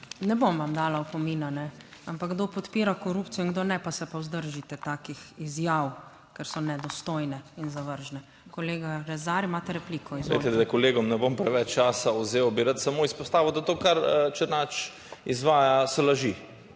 ne bom vam dala opomina. Ampak kdo podpira korupcijo in kdo ne, pa se pa vzdržite takih izjav, ker so nedostojne in zavržne. Kolega Rezar, imate repliko. Izvolite. **ALEŠ REZAR (PS Svoboda):** Z kolegom ne bom preveč časa vzel. Bi rad samo izpostavil, da to, kar Černač izvaja, so laži.